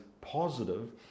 positive